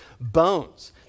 bones